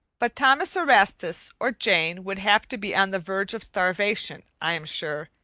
but thomas erastus or jane would have to be on the verge of starvation, i am sure,